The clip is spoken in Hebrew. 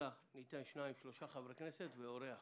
אלא שניים-שלושה חברי כנסת ואורח.